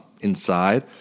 inside